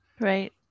Right